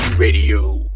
Radio